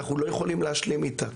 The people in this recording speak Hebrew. אנחנו לא יכולים להשלים איתה.